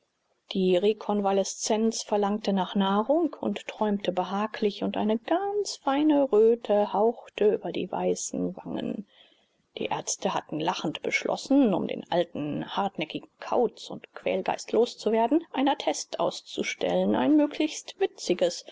der rekonvaleszent verlangte nach nahrung und träumte behaglich und eine ganz feine röte hauchte über die weißen wangen die ärzte hatten lachend beschlossen um den alten hartnäckigen kauz und quälgeist los zu werden ein attest auszustellen ein möglichst witziges